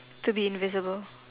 to be invisible